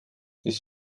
ist